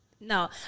No